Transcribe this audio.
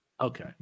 okay